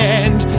end